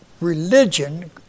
religion